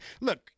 Look